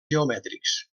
geomètrics